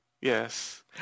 yes